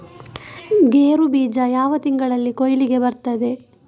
ಗೇರು ಬೀಜ ಯಾವ ತಿಂಗಳಲ್ಲಿ ಕೊಯ್ಲಿಗೆ ಬರ್ತದೆ?